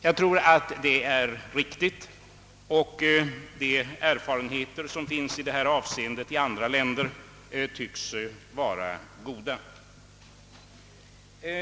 Jag tror att det är riktigt, och de erfarenheter som finns av sådan utbildning i andra länder tycks vara god. Herr talman!